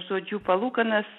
žodžiu palūkanas